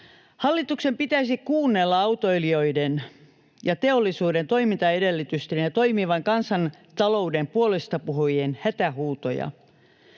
Hallituksen pitäisi kuunnella autoilijoiden sekä teollisuuden toimintaedellytysten ja toimivan kansantalouden puolestapuhujien hätähuutoja,